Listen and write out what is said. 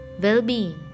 well-being